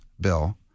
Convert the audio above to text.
Bill